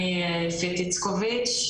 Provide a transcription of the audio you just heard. אני יפית איצקוביץ',